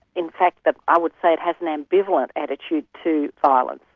in fact but i would say it has an ambivalent attitude to violence.